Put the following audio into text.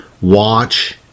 Watch